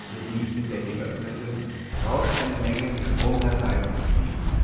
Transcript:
sowie ich den deckel öffnete rauschten mir eine menge gesprungener saiten entgegen